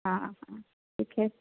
हाँ ठीक है